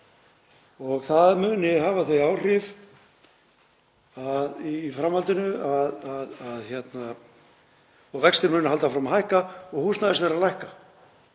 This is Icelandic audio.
og það muni hafa þau áhrif í framhaldinu að vextir muni halda áfram að hækka og húsnæðisverð lækka.